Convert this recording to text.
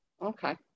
Okay